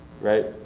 right